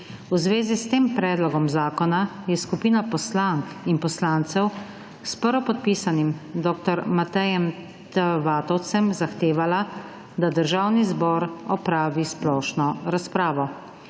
V zvezi s tem predlogom zakona je skupina poslank in poslancev, s prvopodpisanim dr. Matejem T. Vatovcem, zahtevala, da Državni zbor opravi splošno razpravo.